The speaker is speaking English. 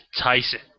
Tyson